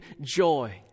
joy